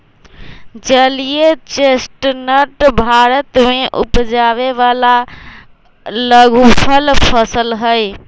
जलीय चेस्टनट भारत में उपजावे वाला लघुफल फसल हई